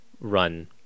run